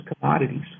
commodities